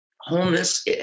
homeless